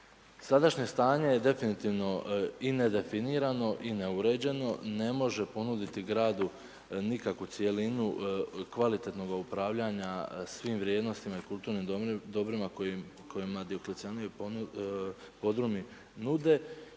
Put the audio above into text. Sadašnje stanje je definitivno i nedefinirano i neuređeno, ne može ponuditi gradu nikakvu cjelinu kvalitetnoga upravljanja svim vrijednostima i kulturnim dobrima kojima Dioklecijanovi podrumi nude.